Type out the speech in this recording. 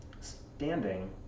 standing